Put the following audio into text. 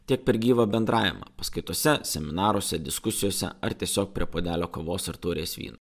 tiek per gyvą bendravimą paskaitose seminaruose diskusijose ar tiesiog prie puodelio kavos ar taurės vyno